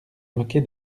moquer